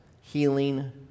healing